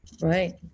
right